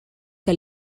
que